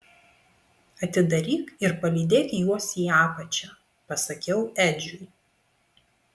atidaryk ir palydėk juos į apačią pasakiau edžiui